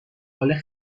حال